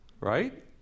Right